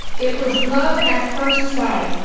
it was love at first sight.